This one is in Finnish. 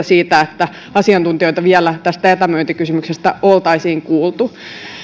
siitä että asiantuntijoita vielä tästä etämyyntikysymyksestä oltaisiin kuultu